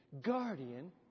guardian